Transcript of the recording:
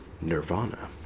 nirvana